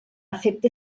efecte